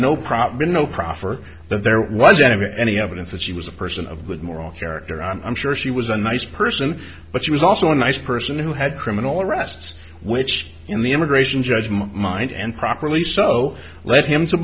proper no proffer that there was any evidence that she was a person of good moral character i'm sure she was a nice person but she was also a nice person who had criminal arrests which in the immigration judgment mind and properly so let him to